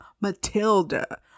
Matilda